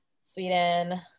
Sweden